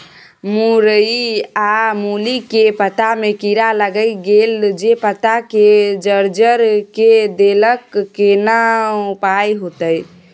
मूरई आ मूली के पत्ता में कीरा लाईग गेल जे पत्ता के जर्जर के देलक केना उपाय होतय?